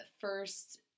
first